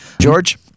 George